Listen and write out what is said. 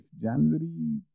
January